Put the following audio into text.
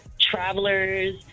travelers